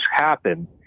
happen